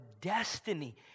destiny